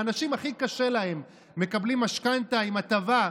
האנשים שהכי קשה להם מקבלים משכנתה עם הטבה,